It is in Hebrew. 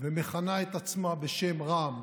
ומכנה את עצמה בשם רע"מ,